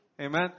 Amen